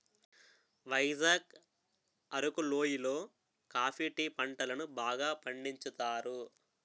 వైజాగ్ అరకు లోయి లో coffee tea పంటలను బాగా పండించుతారు